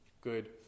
good